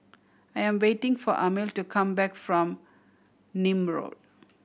I am waiting for Amil to come back from Nim Road